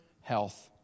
health